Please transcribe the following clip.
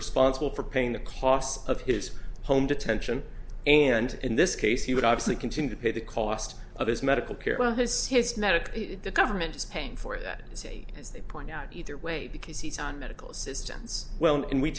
responsible for paying the costs of his home detention and in this case he would obviously continue to pay the cost of his medical care has his medical the government is paying for that as a as they point out either way because he's on medical assistance well and we